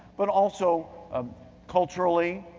but also ah culturally,